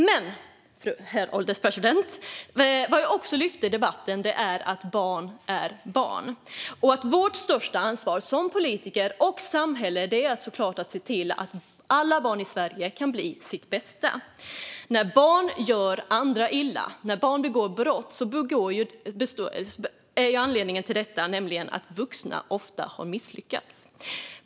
Men, herr ålderspresident, vad jag också lyfte i debatten är att barn är barn och att vårt största ansvar som politiker och samhälle såklart är att alla barn i Sverige kan bli sitt bästa. När barn begår brott och gör andra illa är anledningen till detta ofta att vuxna har misslyckats.